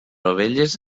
ovelles